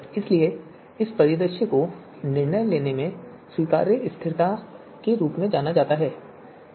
इसलिए इस परिदृश्य को निर्णय लेने में स्वीकार्य स्थिरता के रूप में जाना जाता है